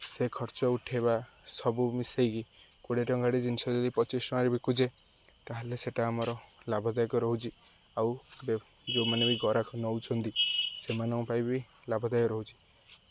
ସେ ଖର୍ଚ୍ଚ ଉଠେଇବା ସବୁ ମିଶେଇକି କୋଡ଼ିଏ ଟଙ୍କାାରେ ଜିନିଷ ଯଦି ପଚିଶି ଟଙ୍କାରେ ବିକୁଛେ ତାହେଲେ ସେଟା ଆମର ଲାଭଦାୟକ ରହୁଛି ଆଉ ବ ଯେଉଁମାନେ ବି ଗରାଖ ନେଉଛନ୍ତି ସେମାନଙ୍କ ପାଇଁ ବି ଲାଭଦାୟକ ରହୁଛି